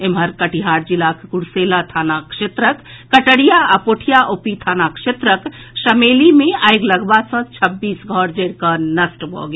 एम्हर कटिहार जिलाक कुर्सेला थाना क्षेत्रक कटरिया आ पोठिया ओपी थाना क्षेत्रक शमेली मे आगि लगबा सॅ छब्बीस घर जरि कऽ नष्ट भऽ गेल